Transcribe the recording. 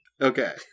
Okay